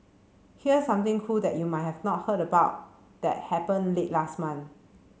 here something cool that you might have not heard about that happened late last month